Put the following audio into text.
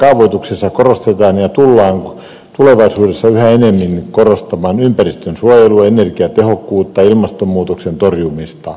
kaavoituksessa korostetaan ja tullaan tulevaisuudessa yhä enemmän korostamaan ympäristönsuojelua energiatehokkuutta ilmastonmuutoksen torjumista